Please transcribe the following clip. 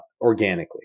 organically